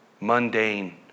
mundane